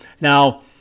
Now